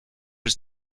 was